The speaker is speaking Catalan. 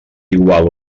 igual